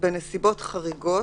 בנסיבות חריגות,